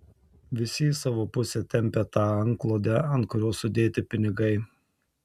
visi į savo pusę tempią tą antklodę ant kurios sudėti pinigai